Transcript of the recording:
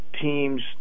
teams